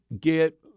get